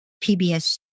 PBS